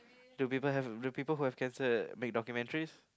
do people have do who have cancer make documentaries